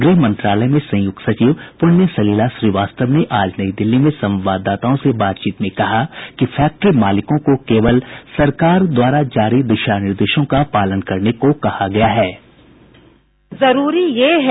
गृह मंत्रालय में संयुक्त सचिव प्रण्य सलिला श्रीवास्तव ने आज नई दिल्ली में संवाददाताओं से बातचीत में कहा कि फैक्टरी मालिकों को केवल सरकार द्वारा जारी दिशा निर्देशों का पालन करने को कहा गया है